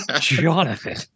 Jonathan